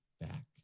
back